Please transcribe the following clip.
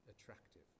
attractive